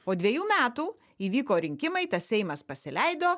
po dvejų metų įvyko rinkimai tas seimas pasileido